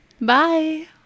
bye